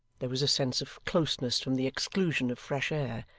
there was a sense of closeness from the exclusion of fresh air,